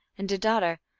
and a daughter,